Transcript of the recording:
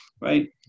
right